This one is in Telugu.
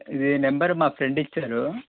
ఇది నెంబర్ మా ఫ్రెండ్ ఇచ్చారు